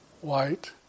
white